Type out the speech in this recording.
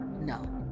No